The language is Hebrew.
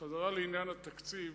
חזרה לעניין התקציב.